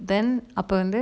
then அப்ப வந்து:appa vanthu